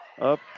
up